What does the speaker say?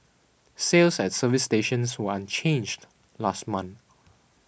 sales at service stations were unchanged last month